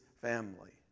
family